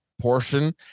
portion